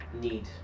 need